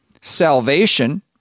Salvation